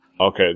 okay